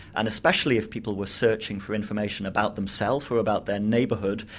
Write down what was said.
and especially if people were searching for information about themselves or about their neighbourhood,